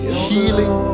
healing